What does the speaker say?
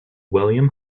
william